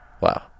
Wow